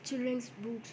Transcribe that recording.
childrens books